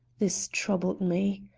this troubled me.